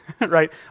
right